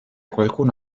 qualcuno